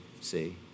See